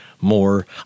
more